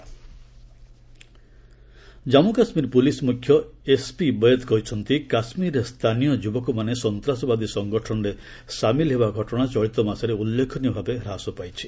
JK DGP Jammu Kashmir police ମୁଖ୍ୟ SP Vaid କହିଛନ୍ତି କାଶ୍ମୀରରେ ସ୍ଥାନୀୟ ଯୁବକମାନେ ସନ୍ତାସବାଦୀ ସଂଗଠନରେ ସାମିଲ ହେବା ଘଟଣା ଚଳିତ ମାସରେ ଉଲ୍ଲେଖନୀୟ ଭାବେ ହ୍ରାସ ପାଇଛି